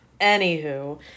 anywho